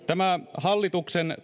tämä hallituksen